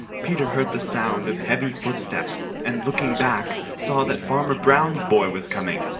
peter heard the sound of heavy footsteps, and looking back, saw that farmer brown's boy was coming.